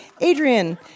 Adrian